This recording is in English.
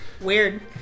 Weird